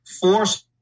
force